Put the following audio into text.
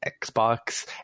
Xbox